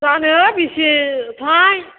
जानो बेसेथाय